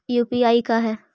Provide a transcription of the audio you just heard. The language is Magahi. यु.पी.आई का है?